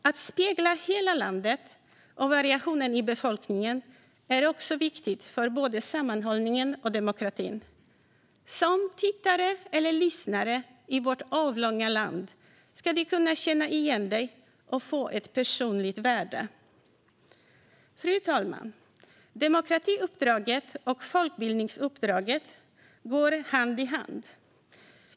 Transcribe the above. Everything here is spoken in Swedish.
Att spegla hela landet och variationen i befolkningen är också viktigt för både sammanhållningen och demokratin. Som tittare eller lyssnare i vårt avlånga land ska du kunna känna igen dig och få ett personligt värde. Fru talman! Demokratiuppdraget och folkbildningsuppdraget går hand i hand.